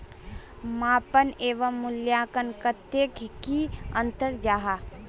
मापन एवं मूल्यांकन कतेक की अंतर जाहा?